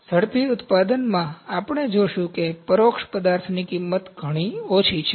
ઝડપી ઉત્પાદનમાં આપણે જોશું કે પરોક્ષ પદાર્થની કિંમત ઘણી ઓછી છે